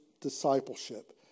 discipleship